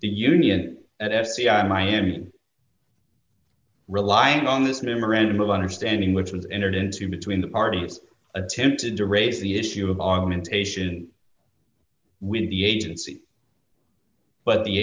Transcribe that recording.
the union at s c i am relying on this memorandum of understanding which was entered into between the parties attempted to raise the issue of augmentation when the agency but the